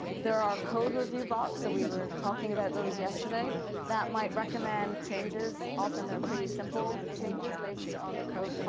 there are code review bots, so we were talking about those yesterday that might recommend changes often they're pretty simple changes based on the code,